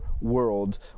world